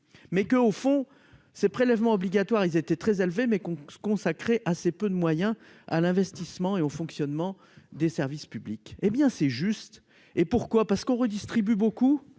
mais que, au fond, ces prélèvements obligatoires, il était très élevé, mais qu'on se consacrer assez peu de moyens à l'investissement et au fonctionnement des services publics, hé bien c'est juste et pourquoi, parce qu'on redistribue beaucoup